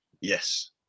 Yes